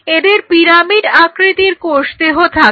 এদের পিরামিড আকৃতির কোষদেহ থাকে